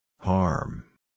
Harm